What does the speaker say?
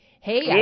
Hey